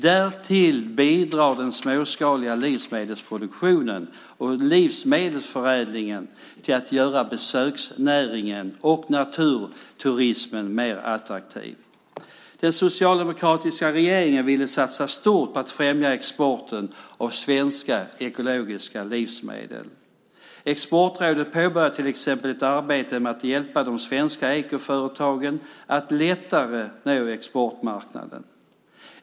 Därtill bidrar den småskaliga livsmedelsproduktionen och livsmedelsförädlingen till att göra besöksnäringen och naturturismen mer attraktiv. Den socialdemokratiska regeringen ville satsa stort på att främja exporten av svenska ekologiska livsmedel. Exportrådet påbörjade till exempel ett arbete med att hjälpa de svenska ekoföretagen att lättare nå exportmarknaden.